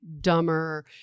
dumber